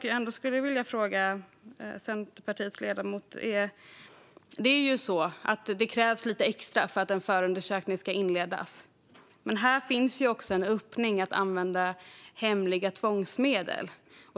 Jag skulle vilja fråga Centerpartiets ledamot en annan sak. Det krävs ju lite extra för att en förundersökning ska inledas. Men här finns också en öppning för att använda hemliga tvångsmedel.